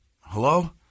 Hello